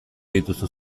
dituzu